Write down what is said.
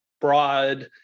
broad